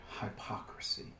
hypocrisy